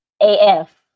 AF